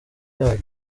yayo